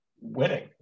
winning